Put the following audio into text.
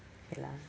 ya